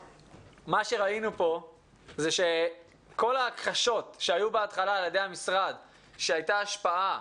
ראינו פה שכל ההכחשות שהיו על ידי המשרד לפיהן הייתה השפעה,